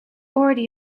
already